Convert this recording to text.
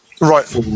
Right